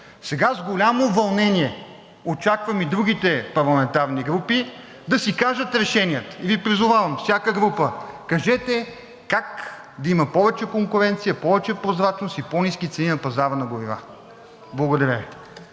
Сега с голямо вълнение очаквам и другите парламентарни групи да си кажат решенията. Призовавам всяка група – кажете как да има повече конкуренция, да има повече прозрачност и по-ниски цени на пазара на горива. Благодаря Ви.